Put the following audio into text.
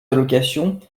allocations